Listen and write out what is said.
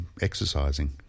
exercising